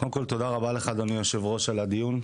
קודם כל תודה רבה לך אדוני היו"ר על הדיון.